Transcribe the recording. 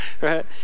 right